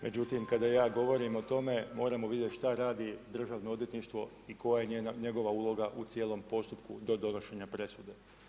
Međutim, kada ja govorim o tome, moramo vidjeti šta radi državno odvjetništvo i koja je njegova uloga u cijelom postupku do donošenja presude.